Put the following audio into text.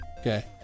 Okay